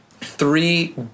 three